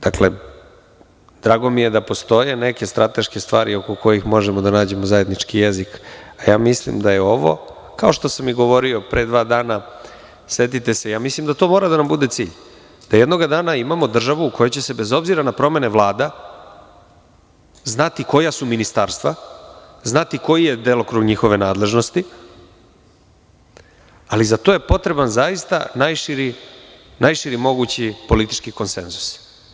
Dakle, drago mi je da postoje neke strateške stvari oko kojih možemo da nađemo zajednički jezik, a ja mislim da je ovo, kao što sam i govorio pre dva dana, setite se, ja mislim da to mora da nam bude cilj, da jednoga dana imamo državu u kojoj će se bez obzira na promene vlada, znati koja su ministarstva, znati koji je delokrug njihove nadležnosti, ali za to je potreban zaista najširi mogući politički konsenzus.